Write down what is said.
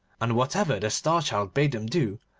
and whatever the star-child bade them do,